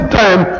time